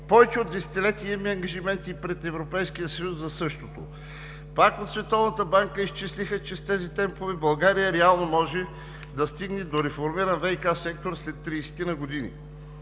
Повече от десетилетие имаме ангажименти и пред Европейския съюз за същото. Пак в Световната банка изчислиха, че с тези темпове България реално може да стигне до реформиран ВиК сектор след тридесетина години.